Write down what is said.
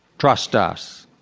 trust us,